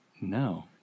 No